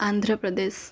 Andhra Pradesh